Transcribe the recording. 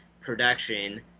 production